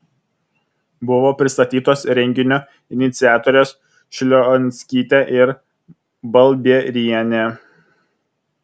buvo pristatytos renginio iniciatorės šlionskytė ir balbierienė